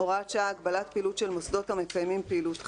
(הוראת שעה) (הגבלת פעילות של מוסדות המקיימים פעילות חינוך),